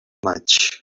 maig